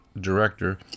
Director